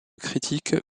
critique